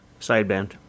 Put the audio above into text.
sideband